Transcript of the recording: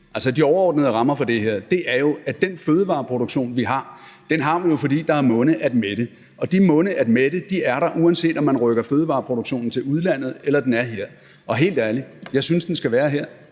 altså de overordnede rammer for det her – er jo, at den fødevareproduktion, vi har, har vi jo, fordi der er munde at mætte. Og de munde at mætte er der, uanset om man rykker fødevareproduktionen til udlandet, eller den er her. Og helt ærligt: Jeg synes, den skal være her.